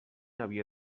havia